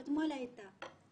ז': אתמול היא הייתה פה.